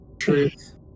Truth